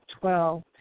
Twelve